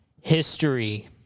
history